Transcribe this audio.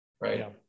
right